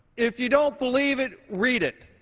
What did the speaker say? if you don't believe it, read it.